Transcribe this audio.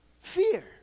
Fear